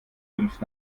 fünf